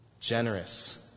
generous